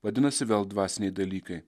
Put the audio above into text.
vadinasi vėl dvasiniai dalykai